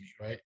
right